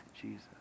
Jesus